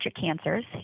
cancers